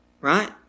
right